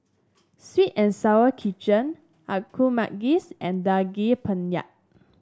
sweet and Sour Chicken a Kuih Manggis and Daging Penyet